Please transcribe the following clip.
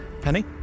Penny